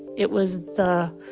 it was the